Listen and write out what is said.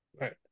Right